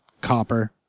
copper